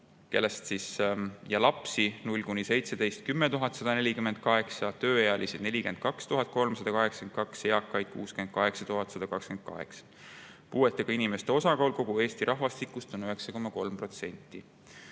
aastat 10 148, tööealisi 42 382, eakaid 68 128. Puuetega inimeste osakaal kogu Eesti rahvastikus on 9,3%.